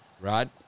Rod